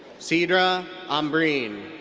sidra ambreen.